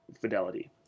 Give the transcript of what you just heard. fidelity